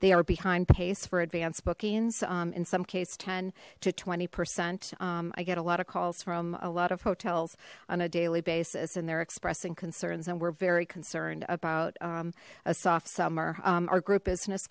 they are behind pace for advance bookings in some case ten to twenty percent i get a lot of calls from a lot of hotels on a daily basis and they're expressing concerns and we're very concerned about a soft summer our group business